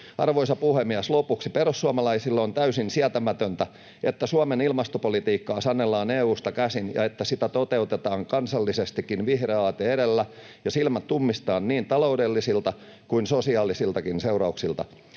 Arvoisa puhemies! Lopuksi: Perussuomalaisille on täysin sietämätöntä, että Suomen ilmastopolitiikkaa sanellaan EU:sta käsin ja että sitä toteutetaan kansallisestikin vihreä aate edellä ja silmät ummistaen niin taloudellisilta kuin sosiaalisiltakin seurauksilta.